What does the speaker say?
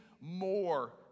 more